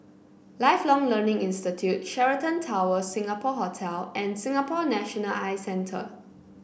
Lifelong Learning Institute Sheraton Towers Singapore Hotel and Singapore National Eye Centre